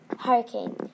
Hurricane